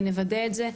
ונוודא את זה.